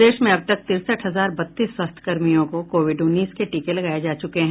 प्रदेश में अब तक तिरसठ हजार बत्तीस स्वास्थ्य कर्मियों को कोविड उन्नीस के टीके लगाए जा चुके हैं